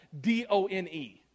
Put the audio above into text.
D-O-N-E